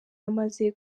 amaze